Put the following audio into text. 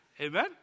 amen